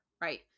right